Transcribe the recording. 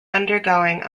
undergoing